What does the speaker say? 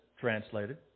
translated